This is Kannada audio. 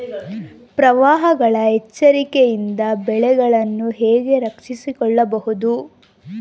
ಪ್ರವಾಹಗಳ ಎಚ್ಚರಿಕೆಯಿಂದ ಬೆಳೆಗಳನ್ನು ಹೇಗೆ ರಕ್ಷಿಸಿಕೊಳ್ಳಬಹುದು?